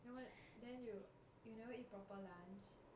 then what then you uh never eat proper lunch